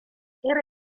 era